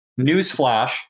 Newsflash